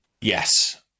Yes